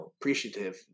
appreciative